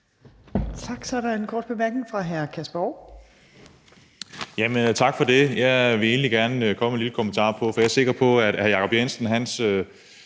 Tak. Så er der en kort bemærkning fra hr. Kasper Roug. Kl. 17:38 Kasper Roug (S): Tak for det. Jeg vil egentlig gerne komme med en lille kommentar, for jeg er sikker på, at hr. Jacob Jensens hensigt